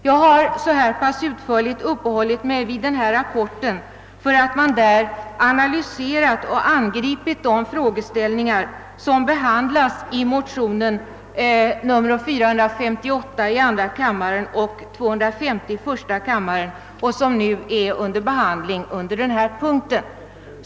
Jag har så utförligt uppehållit mig vid denna rapport därför att man där anatTyserat och angripit de frågeställningar som tas upp i motionerna I: 250 och 11: 458 vilka behandlas under denna punkt.